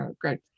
great